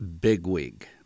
bigwig